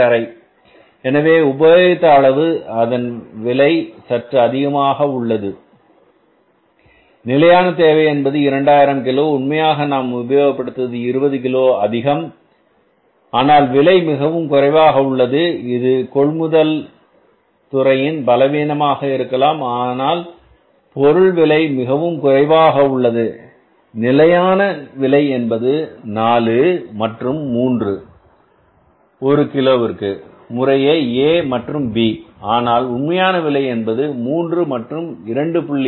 5 எனவே உபயோகித்த அளவு அதன் விலை சற்று அதிகமாக உள்ளது நிலையான தேவை என்பது 2000 கிலோ உண்மையாக நாம் பயன்படுத்தியது 20 கிலோ அதிகம் ஆனால் விலை மிகவும் குறைவாக உள்ளது இது கொள்முதல் துறையின் பலவீனமாக இருக்கலாம் ஆனால் பொருளின் விலை மிகவும் குறைவாக உள்ளது நிலையான விலை என்பது நாலு மற்றும் மூன்று ஒரு கிலோவிற்கு முறையே A மற்றும் B ஆனால் உண்மையான விலை என்பது 3 மற்றும் 2